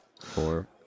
four